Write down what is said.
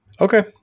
Okay